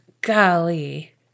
golly